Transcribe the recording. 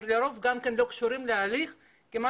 לרוב גם כן הם לא קשורים להליך כי מה